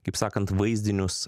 kaip sakant vaizdinius